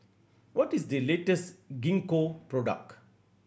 what is the Gingko product